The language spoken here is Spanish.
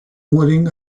mueren